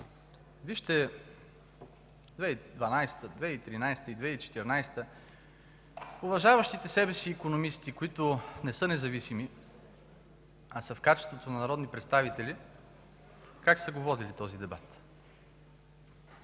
Вижте 2012-а, 2013-а, 2014 г. уважаващите себе си икономисти, които не са независими, а са в качеството си на народни представители, как са водили този дебат.